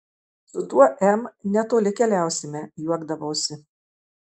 su tuo m netoli keliausime juokdavausi